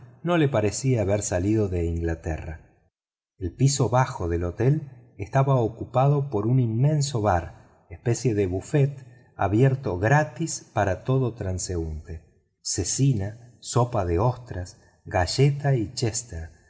no le parecía haber salido de inglaterra el piso bajo del hotel estaba ocupado por un inmenso bar especie de buffet abierto gratis para todo transeunte cecina sopa de ostras galletas y chester